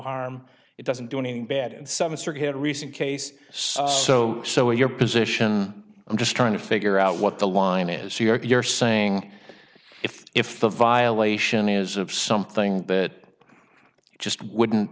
harm it doesn't do anything bad some asserted recent case so so in your position i'm just trying to figure out what the line is so you're saying if if the violation is of something that just wouldn't